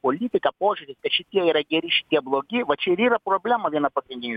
politika požiūris kad šitie yra geri šitie blogi va čia ir yra problema viena pagrindinių